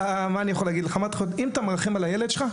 אמרתי לו: אם אתה מרחם על הילד שלך,